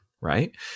right